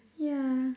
yeah